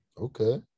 Okay